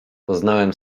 poznałem